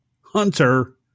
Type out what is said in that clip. Hunter